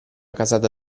casata